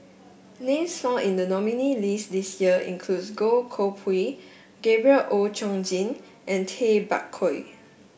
names found in the nominee list this year includes Goh Koh Pui Gabriel Oon Chong Jin and Tay Bak Koi